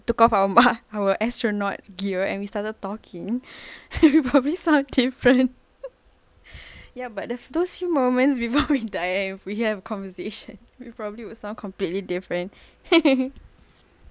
took off our ma~ our astronaut gear and we started talking we'll probably sound different ya but those few moments before we die if we have conversation we probably would sound completely different